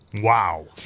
Wow